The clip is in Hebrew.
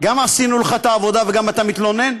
גם עשינו לך את העבודה וגם אתה מתלונן?